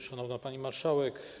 Szanowna Pani Marszałek!